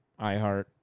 iHeart